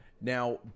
Now